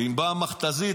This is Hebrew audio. אם באה מכת"זית,